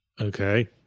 Okay